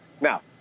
Now